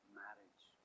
marriage